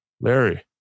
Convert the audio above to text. Larry